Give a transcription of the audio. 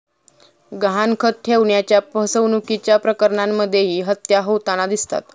गहाणखत ठेवण्याच्या फसवणुकीच्या प्रकरणांमध्येही हत्या होताना दिसतात